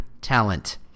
talent